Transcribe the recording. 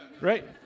Right